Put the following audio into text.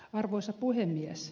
arvoisa puhemies